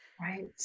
right